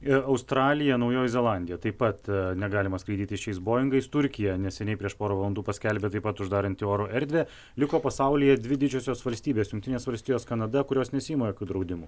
ir australija naujoji zelandija taip pat negalima skraidyti šiais boingais turkija neseniai prieš porą valandų paskelbė taip pat uždaranti oro erdvę liko pasaulyje dvi didžiosios valstybės jungtinės valstijos kanada kurios nesiima jokių draudimų